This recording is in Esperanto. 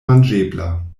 manĝebla